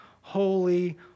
holy